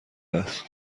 است